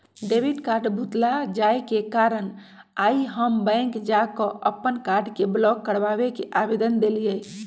debit card भुतला जाय के कारण आइ हम बैंक जा कऽ अप्पन कार्ड के ब्लॉक कराबे के आवेदन देलियइ